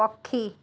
ପକ୍ଷୀ